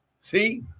See